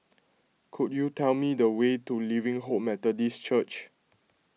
could you tell me the way to Living Hope Methodist Church